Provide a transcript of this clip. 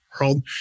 world